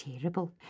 terrible